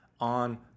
on